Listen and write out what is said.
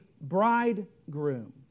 bridegroom